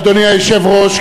אדוני היושב-ראש,